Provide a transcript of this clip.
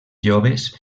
joves